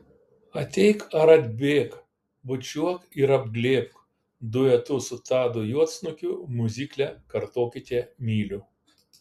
ateik ar atbėk bučiuok ir apglėbk duetu su tadu juodsnukiu miuzikle kartokite myliu